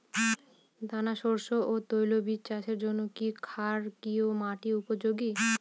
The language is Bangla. দানাশস্য ও তৈলবীজ চাষের জন্য কি ক্ষারকীয় মাটি উপযোগী?